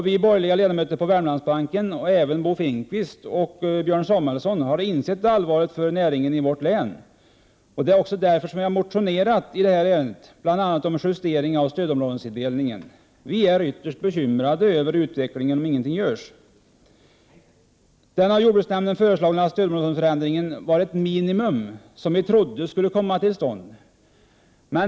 Vi borgerliga ledamöter på Värmlandsbänken, och även Bo Finnkvist och Björn Samuelson, har insett allvaret för näringen i vårt län. Det är därför vi har motionerat i ärendet, bl.a. om justering av stödområdesindelningen. Vi är ytterst bekymrade över vad som kommer att ske om ingenting görs. Den av jordbruksnämnden föreslagna stödområdesförändringen var ett minimum, som vi trodde skulle komma till stånd.